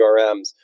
URMs